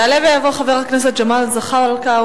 יעלה ויבוא חבר הכנסת ג'מאל זחאלקה,